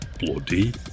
Bloody